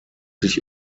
sich